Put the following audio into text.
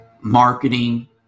marketing